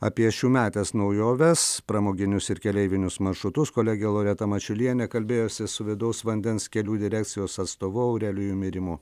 apie šiųmetes naujoves pramoginius ir keleivinius maršrutus kolegė loreta mačiulienė kalbėjosi su vidaus vandens kelių direkcijos atstovu aurelijumi rimu